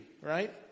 right